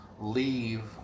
leave